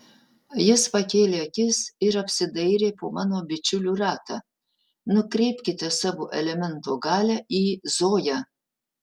jis pakėlė akis ir apsidairė po mano bičiulių ratą nukreipkite savo elemento galią į zoją